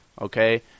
okay